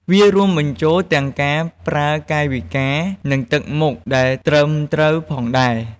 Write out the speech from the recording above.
វារួមបញ្ចូលទាំងការប្រើកាយវិការ និងទឹកមុខដែលត្រឹមត្រូវផងដែរ។